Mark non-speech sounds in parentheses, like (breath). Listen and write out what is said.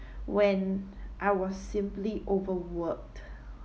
(breath) when I was simply overworked